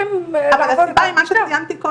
זה בנשים בנות 20-30 ויש שם יציבות מוחלטת